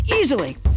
Easily